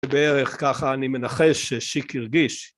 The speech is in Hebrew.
בערך ככה אני מנחש ששיק הרגיש.